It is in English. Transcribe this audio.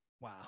Wow